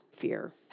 fear